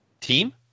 team